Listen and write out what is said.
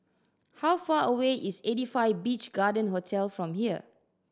how far away is Eighty Five Beach Garden Hotel from here